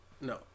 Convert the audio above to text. No